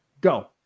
Go